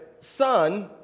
Son